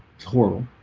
it's horrible